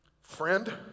friend